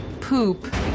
poop